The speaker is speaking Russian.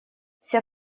вся